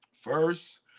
first